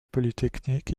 polytechnique